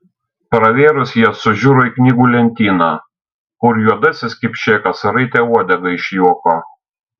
pravėrus jas sužiuro į knygų lentyną kur juodasis kipšėkas raitė uodegą iš juoko